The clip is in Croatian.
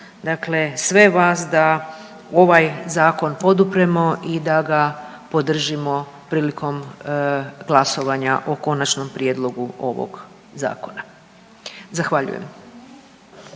vas sve vas da ovaj zakon podupremo i da ga podržimo prilikom glasovanja o konačnom prijedlogu ovog Zakona. Zahvaljujem.